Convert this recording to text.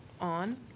on